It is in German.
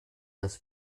das